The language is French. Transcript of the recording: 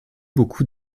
beaucoup